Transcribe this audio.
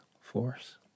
force